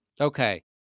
okay